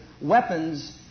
weapons